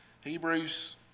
Hebrews